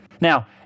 Now